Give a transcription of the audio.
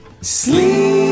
Sleep